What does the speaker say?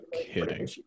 kidding